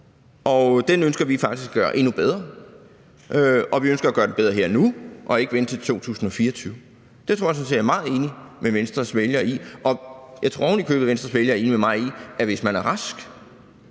og den ønsker vi faktisk at gøre endnu bedre – og vi ønsker at gøre den bedre her og nu og ikke vente til 2024. Det tror jeg sådan set jeg er meget enig med Venstres vælgere i, og jeg tror oven i købet, at Venstres vælgere er enige med mig i, at hvis man er rask,